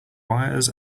wires